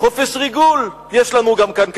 חופש ריגול יש לנו גם כאן כנראה.